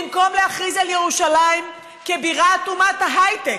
במקום להכריז על ירושלים כבירת אומת ההייטק,